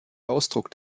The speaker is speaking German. ausdruck